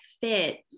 fit